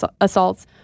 assaults